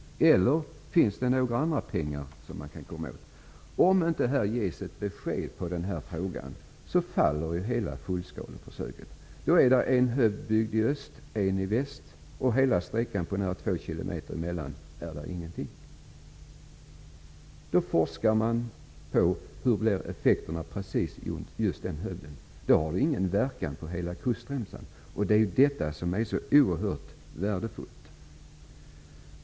Eller finns det några andra pengar som man kan komma åt? Om vi inte får ett besked i den här frågan faller hela fullskaleförsöket. Det har byggts en hövd i öst och en i väst. På en sträcka av nära två kilometer mellan dessa hövder finns ingenting. Då kan man bara forska i hur effekten blir precis i närheten av en viss hövd. Hövden får ingen verkan på hela kustremsan. Det är det som skulle vara så oerhört värdefullt.